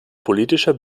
politischer